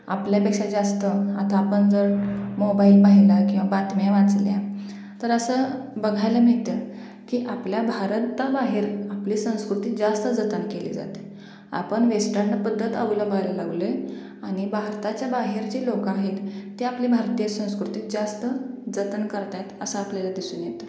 आपल्यापेक्षा जास्त आता आपण जर मोबाईल पाहिला किंवा बातम्या वाचल्या तर असं बघायला मिळतं की आपल्या भारताबाहेर आपली संस्कृती जास्त जतन केली जाते आपण वेस्टर्न पद्धत अवलंबायला लावलो आहे आणि भारताच्या बाहेर जे लोक आहेत ते आपली भारतीय संस्कृती जास्त जतन करत आहेत असं आपल्याला दिसून येतं